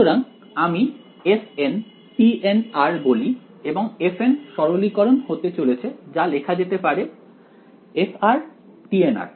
সুতরাং আমি fntn বলি এবং fn সরলীকরণ হতে চলেছে যা লেখা যেতে পারে f tn